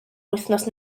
wythnos